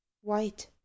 white